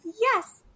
yes